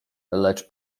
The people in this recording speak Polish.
lecz